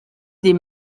des